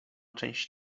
część